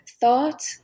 thought